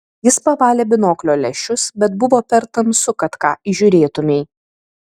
jis pavalė binoklio lęšius bet buvo per tamsu kad ką įžiūrėtumei